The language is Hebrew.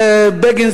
בגין,